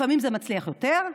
לפעמים זה מצליח יותר,